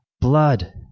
blood